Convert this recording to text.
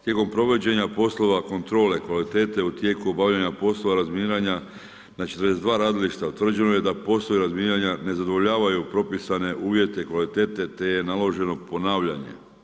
Tijekom provođenja poslova kontrole kvalitete u tijeku obavljanja poslova razminiranja na 42 radilišta utvrđeno je da postoje razminiranja ne zadovoljavaju propisane uvjete kvalitete te je naloženo ponavljanje.